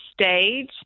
stage